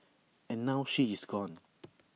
and now she is gone